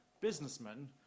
businessmen